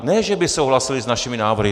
Ne že by souhlasili s našimi návrhy.